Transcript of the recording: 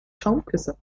schaumküsse